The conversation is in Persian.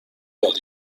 یاد